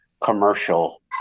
commercial